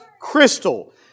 crystal